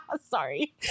Sorry